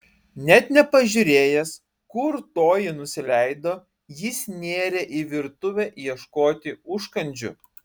net nepažiūrėjęs kur toji nusileido jis nėrė į virtuvę ieškoti užkandžių